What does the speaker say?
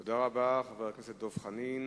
תודה רבה, חבר הכנסת דב חנין.